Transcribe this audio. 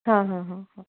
हाँ हाँ हाँ हाँ